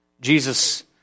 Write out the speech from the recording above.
Jesus